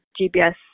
GPS